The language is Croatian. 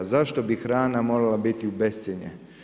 Zašto bi hrana morala biti u bescjenje?